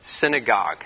synagogue